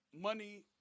money